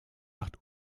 macht